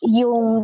yung